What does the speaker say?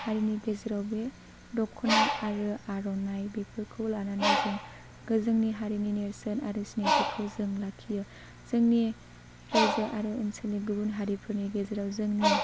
हारिनि गेजेराव बे दख'ना आरो आर'नाइ बेफोरखौ लानानै जों जोंनि हारिनि नेरसोन आरो सिनायथिखौ जों लाखियो जोंनि रायजो आरो जोंनि गुबुन हारिफोरनि गेजेराव जोंनि